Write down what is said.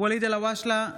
ואליד אלהואשלה,